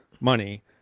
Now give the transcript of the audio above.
money